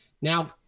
now